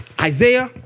Isaiah